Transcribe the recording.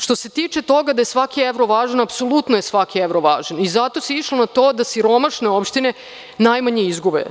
Što se tiče toga da je svaki evro važan, apsolutno je svaki evro važan i zato se i išlo na to da siromašne opštine najmanje izgube.